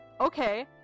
okay